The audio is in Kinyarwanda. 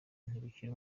ntibikiri